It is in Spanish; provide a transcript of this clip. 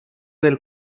del